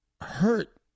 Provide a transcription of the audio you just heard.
hurt